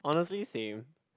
honestly same